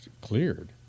cleared